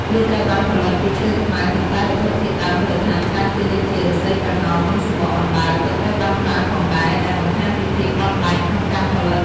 វាត្រូវបានផលិតពីឈើខ្មៅ ប៉ុន្តែវត្ថុធាតុដើមមូលដ្ឋានច្រើនទៀតដូចជា ឫស្សីប្រហោង និងសំបកអណ្តើក ក៏ត្រូវបានប្រើផងដែរ ដែលបង្ហាញពីភាពបត់បែនក្នុងការផលិត។